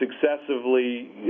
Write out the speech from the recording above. successively